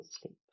sleep